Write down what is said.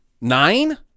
Nine